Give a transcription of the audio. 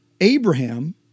Abraham